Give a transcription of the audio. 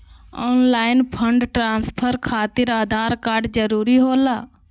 Online fund transfer खातिर Aadhaar card जरूरी होला?